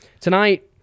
Tonight